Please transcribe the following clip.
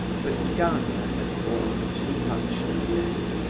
but gania had borne too much that day,